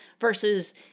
Versus